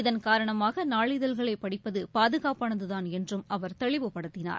இதன் காரணமாக நாளிதழ்களை படிப்பது பாதுகாப்பானதுதாள் என்றும் அவர் தெளிவுபடுத்தினார்